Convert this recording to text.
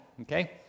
okay